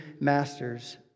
masters